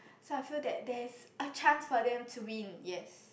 so I feel that there's a chance for them to win yes